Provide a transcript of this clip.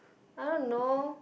I don't know